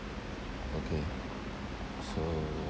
okay so